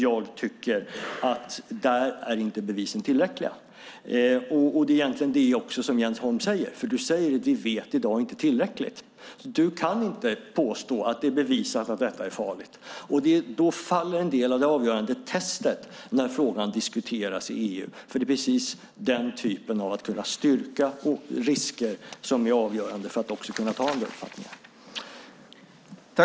Jag tycker att bevisen inte är tillräckliga där. Och det är egentligen det som också Jens Holm säger, för han säger: Vi vet i dag inte tillräckligt. Du kan inte påstå att det är bevisat att detta är farligt. Då faller en del av det avgörande testet när frågan diskuteras i EU. För det är precis detta, att man kan styrka risker, som är avgörande för detta.